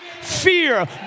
fear